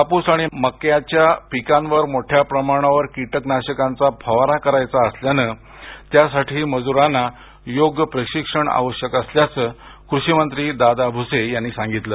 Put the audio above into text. कापूस आणि मक्याच्या पिकांवर मोठ्या प्रमाणावर कीटकनाशकांचा फवारा करायचा असल्यानं त्यासाठी मजुरांना योग्य प्रशिक्षण आवश्यक असल्याचं कृषी मंत्री दादा भुसे यांनी सांगितलं